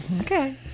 okay